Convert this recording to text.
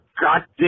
goddamn